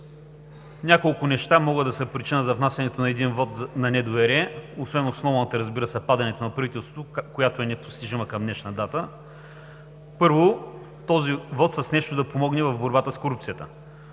Няколко неща могат да са причина за внасянето на един вот на недоверие освен основната, разбира се, падането на правителството, която е непостижима към днешна дата. Първо, този вот с нещо да помогне в борбата с корупцията.